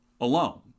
alone